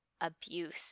abuse